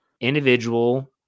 individual